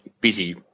busy